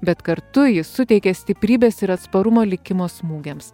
bet kartu jis suteikė stiprybės ir atsparumo likimo smūgiams